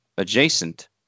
adjacent